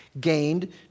gained